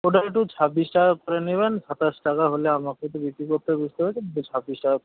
ওটা একটু ছাব্বিশ টাকা করে নেবেন সাতাশ টাকা হলে আমাকে তো বিক্রি করতে হবে বুঝতেই পারছেন তাই ছাব্বিশ টাকা